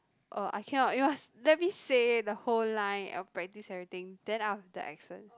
oh I cannot it was let me say the whole line of practice everything then I have the accent